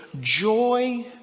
joy